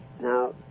Now